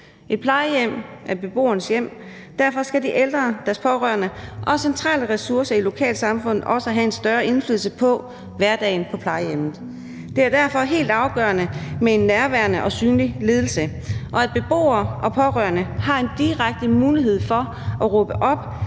Et plejehjem er beboerens hjem, og derfor skal de ældre, deres pårørende også centrale ressourcer i lokalsamfundet også have en større indflydelse på hverdagen på plejehjemmet. Det er derfor helt afgørende med en nærværende og synlig ledelse, og at beboere og pårørende har en direkte mulighed for at råbe op,